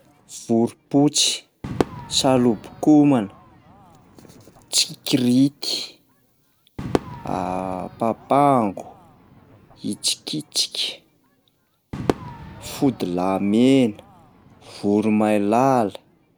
Vorompotsy, salobokomana, tsikirity, papango, itsikitsika, fodilahy mena, voromailala.